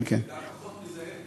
פחות מזה.